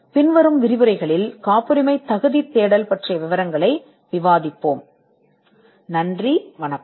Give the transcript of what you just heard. பின்வரும் சொற்பொழிவுகள் காப்புரிமை தேடல் பற்றிய விவரங்களை விவாதிப்போம்